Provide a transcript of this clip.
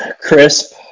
crisp